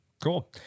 Cool